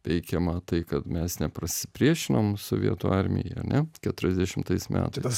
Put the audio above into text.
teikiama tai kad mes nepasipriešinom sovietų armijai ar ne keturiasdešimtais metais